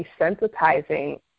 desensitizing